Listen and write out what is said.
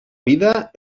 vida